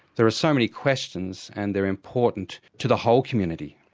there are so many questions and they're important to the whole community.